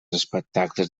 espectacles